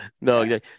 No